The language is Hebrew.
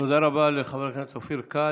תודה רבה לחבר הכנסת אופיר כץ.